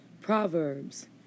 Proverbs